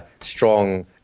strong